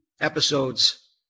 episodes